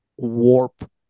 warp